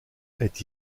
est